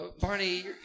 Barney